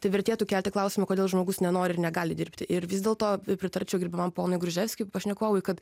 tai vertėtų kelti klausimą kodėl žmogus nenori ir negali dirbti ir vis dėlto pritarčiau gerbiamam ponui gruževskiui pašnekovui kad